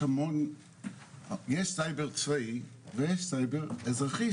יש סייבר צבאי ויש סייבר אזרחי,